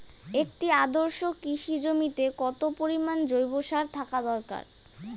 একটি আদর্শ কৃষি জমিতে কত পরিমাণ জৈব সার থাকা দরকার?